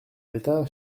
d’état